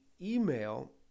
email